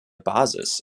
basis